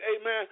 amen